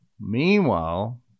Meanwhile